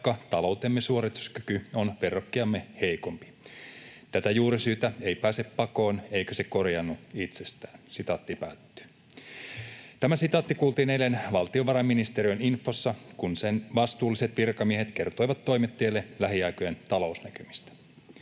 vaikka taloutemme suorituskyky on verrokkejamme heikompi. Tätä juurisyytä ei pääse pakoon, eikä se korjaannu itsestään.” Tämä sitaatti kuultiin eilen valtiovarainministeriön infossa, kun sen vastuulliset virkamiehet kertoivat toimittajille lähiaikojen talousnäkymistä.